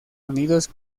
unidos